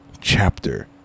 chapter